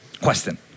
Question